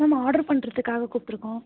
ma'am order பண்ணுறத்துக்காக கூப்பிட்ருக்கோம்